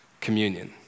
Communion